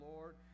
Lord